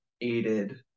aided